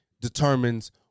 determines